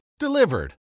Delivered